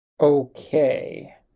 Okay